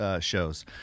shows